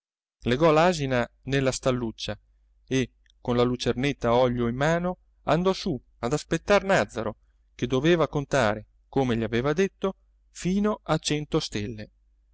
legò l'asina nella stalluccia e con la lucernetta a olio in mano andò su ad aspettar nàzzaro che doveva contare come gli aveva detto fino a cento stelle